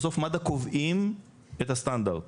בסוף מד"א קובעים את הסטנדרט